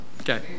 okay